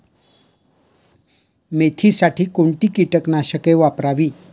मेथीसाठी कोणती कीटकनाशके वापरावी?